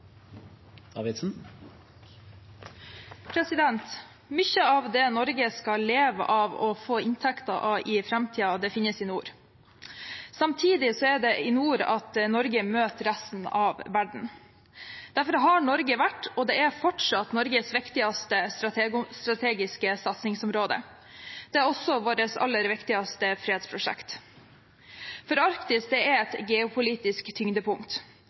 av det Norge skal leve av og få inntekter av i framtiden, finnes i nord. Samtidig er det i nord at Norge møter resten av verden, og det er fortsatt Norges viktigste strategiske satsingsområde. Det er også vårt aller viktigste fredsprosjekt. Arktis er et geopolitisk tyngdepunkt